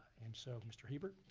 and so, mr. hebert.